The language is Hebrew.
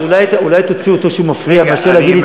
אז אולי תוציא אותו כי הוא מפריע ורוצה להגיד לי,